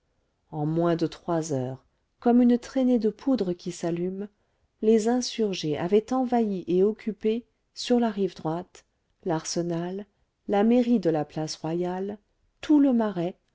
en moins de trois heures comme une traînée de poudre qui s'allume les insurgés avaient envahi et occupé sur la rive droite l'arsenal la mairie de la place royale tout le marais